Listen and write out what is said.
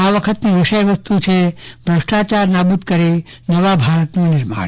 આ વખતની વિષય વસ્તુ છે ભ્રષ્ટાચારને નાબુદ કરી નવા ભારતનું નિર્માણ